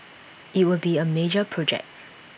IT will be A major project